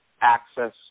access